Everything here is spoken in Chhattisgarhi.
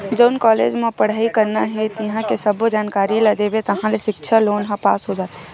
जउन कॉलेज म पड़हई करना हे तिंहा के सब्बो जानकारी ल देबे ताहाँले सिक्छा लोन ह पास हो जाथे